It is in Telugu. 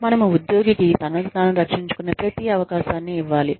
మనము ఉద్యోగికి తనను తాను రక్షించుకునే ప్రతి అవకాశాన్ని ఇవ్వాలి